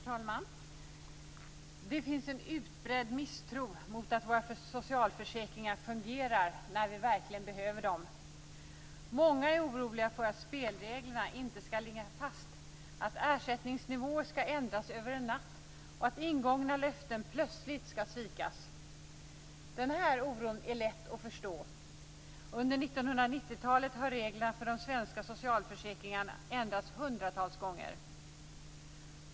Herr talman! Det finns en utbredd misstro mot att våra socialförsäkringar fungerar när vi verkligen behöver dem. Många är oroliga för att spelreglerna inte skall ligga fast, att ersättningsnivåer skall ändras över en natt och att ingångna löften plötsligt skall svikas. Denna oro är lätt att förstå. Under 1990-talet har reglerna för de svenska socialförsäkringarna ändrats hundratals gånger.